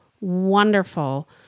wonderful